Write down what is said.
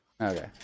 Okay